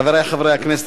חברי חברי הכנסת,